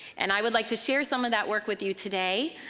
and i would like to share some of that work with you today.